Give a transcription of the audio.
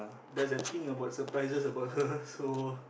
does that thing about surprises about her so